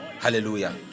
Hallelujah